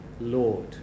Lord